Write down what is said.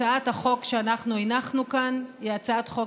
הצעת החוק שאנחנו הנחנו כאן היא הצעת חוק